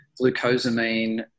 glucosamine